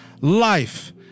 life